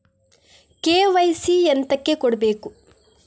KYC ಎಂತಕೆ ಕೊಡ್ಬೇಕು?